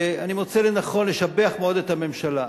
אני מוצא לנכון לשבח מאוד את הממשלה.